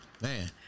Man